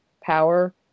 power